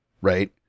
Right